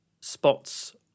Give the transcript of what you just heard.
spots